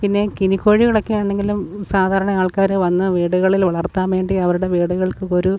പിന്നെ ഗിനി കോഴികളൊക്കെ ആണെങ്കിലും സാധാരണ ആൾക്കാര് വന്ന് വീടുകളിൽ വളർത്താൻ വേണ്ടി അവരുടെ വീടുകൾക്കൊക്കെയൊരു